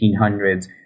1800s